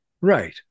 Right